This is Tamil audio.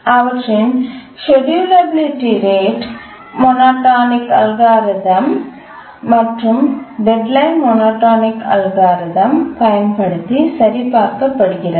அவற்றின் ஷெட்யூலெபலிட்டி ரேட் மோனோடோனிக் அல்காரிதம் மற்றும் டெட்லைன் மோனோடோனிக் அல்காரிதம் பயன்படுத்தி சரிபார்க்கப்படுகிறது